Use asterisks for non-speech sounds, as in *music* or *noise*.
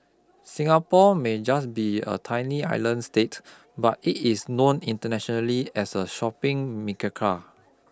Singapore may just be a tiny island state but it is known internationally as a shopping *unintelligible*